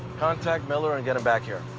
contact miller and get him back here.